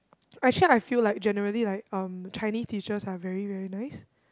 actually I feel like generally like um Chinese teachers are very very nice